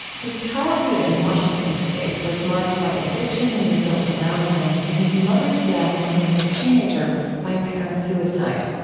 his childhood in washington state was marked by addiction in the adults around him and his mother's death when he was a teenager by apparent suicide.